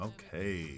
Okay